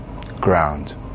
Ground